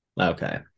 Okay